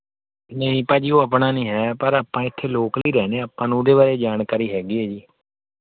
ਨਹੀਂ ਭਾਅ ਜੀ ਉਹ ਆਪਣਾ ਨਹੀਂ ਹੈ ਪਰ ਆਪਾਂ ਇੱਥੇ ਲੋਕਲ ਹੀ ਰਹਿੰਦੇ ਹਾਂ ਆਪਾਂ ਨੂੰ ਉਹਦੇ ਬਾਰੇ ਜਾਣਕਾਰੀ ਹੈਗੀ ਹੈ ਜੀ